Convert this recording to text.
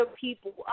people